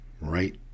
right